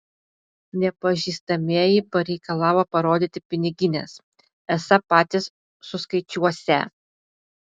nepažįstamieji pareikalavo parodyti pinigines esą patys suskaičiuosią